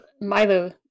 Milo